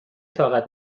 طاقت